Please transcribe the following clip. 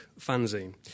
fanzine